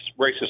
racist